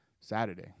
Saturday